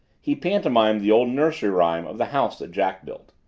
he pantomimed the old nursery rhyme of the house that jack built,